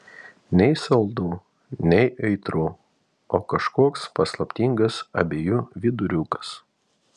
nei saldu nei aitru o kažkoks paslaptingas abiejų viduriukas